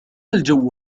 الجو